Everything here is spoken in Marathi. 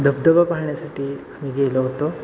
धबधबा पाहण्यासाठी आम्ही गेलो होतो